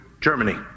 Germany